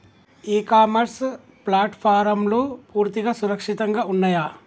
ఇ commerce ప్లాట్ఫారమ్లు పూర్తిగా సురక్షితంగా ఉన్నయా?